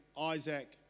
Isaac